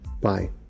Bye